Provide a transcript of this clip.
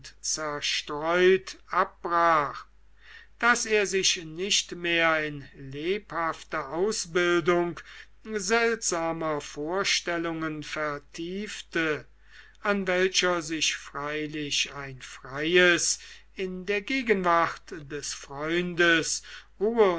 zerstreut abbrach daß er sich nicht mehr in lebhafte ausbildung seltsamer vorstellungen vertiefte an welcher sich freilich ein freies in der gegenwart des freundes